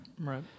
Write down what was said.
right